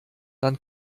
dann